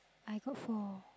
I got four